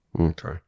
Okay